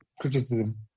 criticism